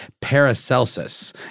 Paracelsus